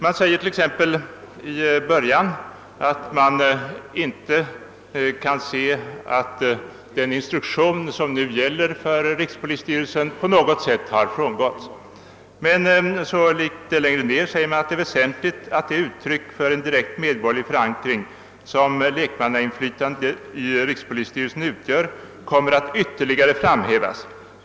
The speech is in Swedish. Det framhålles exempelvis i början att man inte kan finna att den nu gällande instruktionen för rikspolisstyrelsen på något sätt har frångåtts. Litet längre fram sägs att det är »väsentligt att det uttryck för en direkt medborgerlig förankring som lekmannainflytandet i rikspolisstyrelsen utgör kommer att ytterligare framhävas.